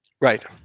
Right